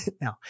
No